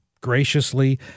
graciously